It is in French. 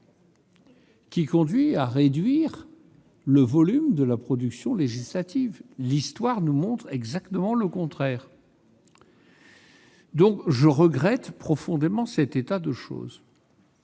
qui conduit à réduire le volume de la production législative. L'histoire nous montre exactement le contraire ! Je regrette profondément cet état de choses.